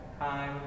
time